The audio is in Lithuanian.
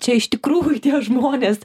čia iš tikrųjų tie žmonės